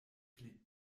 fliegt